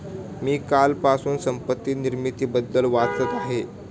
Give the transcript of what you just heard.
मी कालपासून संपत्ती निर्मितीबद्दल वाचत आहे